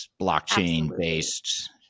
blockchain-based